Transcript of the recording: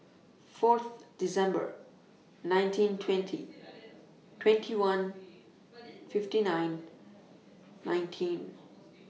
four December nineteen twenty twenty one fifty nine nineteen